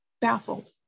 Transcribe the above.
baffled